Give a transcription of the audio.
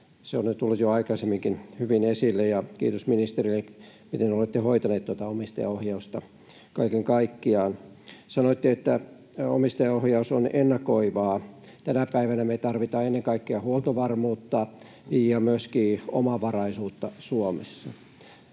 Se on tullut jo aikaisemminkin hyvin esille, ja kiitos ministerille siitä, miten olette hoitaneet tuota omistajaohjausta kaiken kaikkiaan. Sanoitte, että omistajaohjaus on ennakoivaa. Tänä päivänä me tarvitaan ennen kaikkea huoltovarmuutta ja myöskin omavaraisuutta Suomessa.